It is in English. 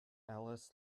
alice